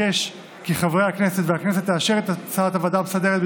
כפי שנקבע בוועדה המסדרת,